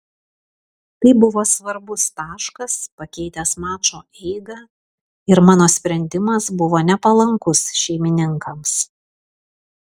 tai buvo svarbus taškas pakeitęs mačo eigą ir mano sprendimas buvo nepalankus šeimininkams